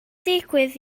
digwydd